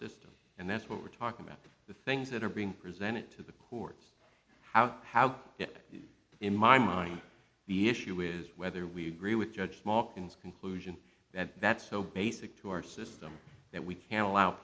system and that's what we're talking about the things that are being presented to the courts how how it in my mind the issue is whether we agree with judge small ins conclusion that that's so basic to our system that we can allow